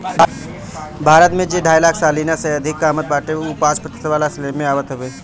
भारत में जे ढाई लाख सलीना से अधिका कामत बाटे उ पांच प्रतिशत वाला स्लेब में आवत हवे